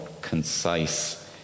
concise